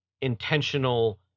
intentional